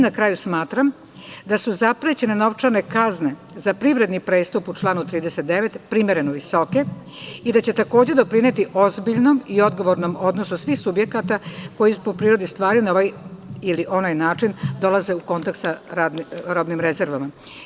Na kraju, smatram da su zaprećene novčane kazne za privredni prestup u članu 39. primereno visoke i da će takođe doprineti ozbiljnom i odgovornom odnosu svih subjekata koji po prirodi stvari na ovaj ili onaj način dolaze u kontakt sa robnim rezervama.